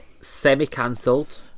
semi-cancelled